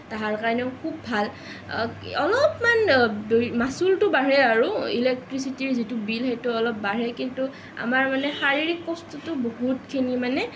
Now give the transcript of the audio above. তাহাৰ কাৰণেও খুব ভাল অলপমান মাছুলটো বাঢ়ে আৰু ইলেক্ট্ৰিচিটিৰ যিটো বিল সেইটো অলপ বাঢ়ে কিন্তু আমাৰ মানে শাৰীৰিক কষ্টটো বহুতখিনি মানে